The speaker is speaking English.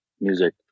music